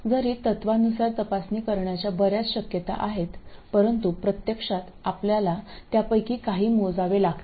जरी तत्त्वानुसार तपासणी करण्याच्या बर्याच शक्यता आहेत परंतु प्रत्यक्षात आपल्याला त्यापैकी काही मोजावे लागतील